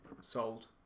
sold